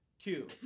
Two